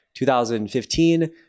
2015